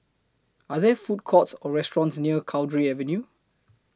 Are There Food Courts Or restaurants near Cowdray Avenue